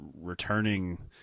returning